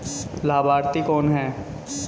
लाभार्थी कौन है?